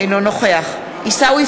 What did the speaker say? אינו נוכח עיסאווי